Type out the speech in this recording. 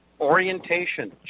Orientation